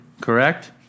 correct